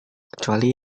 kecuali